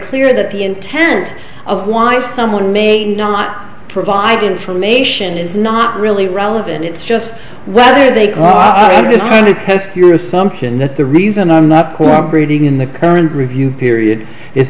clear that the intent of why someone may not provide information is not really relevant it's just whether they caught it in your assumption that the reason i'm not cooperating in the current review period it